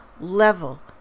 level